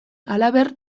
halaber